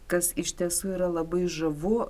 kas iš tiesų yra labai žavu